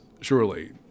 Surely